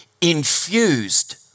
infused